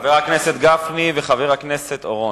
חבר הכנסת גפני וחבר הכנסת אורון,